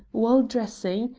while dressing,